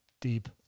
deep